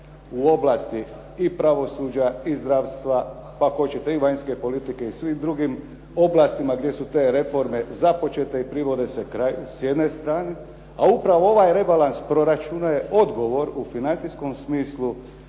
u oblasti i pravosuđa i zdravstva, pa ako hoćete i vanjske politike i svim drugim oblastima gdje su te reforme započete i privode se kraju s jedne strane. A upravo ovaj rebalans proračuna je odgovor u financijskom smislu